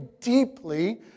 deeply